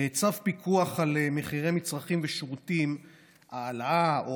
צו פיקוח על מחירי מצרכים ושירותים (העלאה או